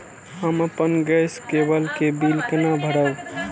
हम अपन गैस केवल के बिल केना भरब?